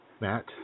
Matt